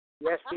Yes